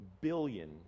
billion